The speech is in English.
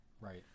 Right